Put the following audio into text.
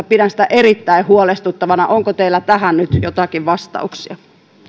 pidän sitä erittäin huolestuttavana onko teillä tähän nyt joitakin vastauksia